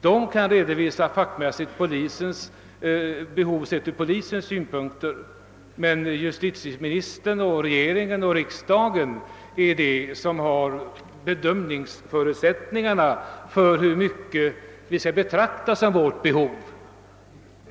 Rikspolisstyrelsen kan fackmässigt redovisa polisens behov sett från de egna synpunkterna, men justitieministern, regeringen och riksdagen har <bedömningsförutsättningarna då det gäller att bestämma vad vi skall betrakta som vårt behov.